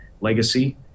legacy